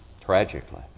tragically